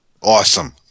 Awesome